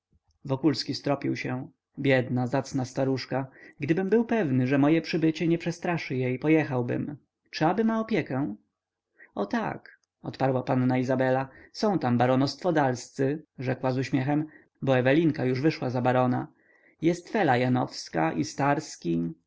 niedobrze wokulski stropił się biedna zacna staruszka gdybym był pewny że moje przybycie nie przestraszy jej pojechałbym czy aby ma opiekę o tak odparła panna izabela są tam baronowstwo dalscy rzekła z uśmiechem bo ewelinka już wyszła za barona jest fela janowska i starski